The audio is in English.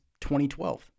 2012